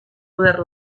poder